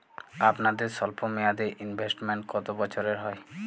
আপনাদের স্বল্পমেয়াদে ইনভেস্টমেন্ট কতো বছরের হয়?